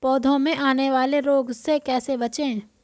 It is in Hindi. पौधों में आने वाले रोग से कैसे बचें?